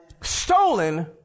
Stolen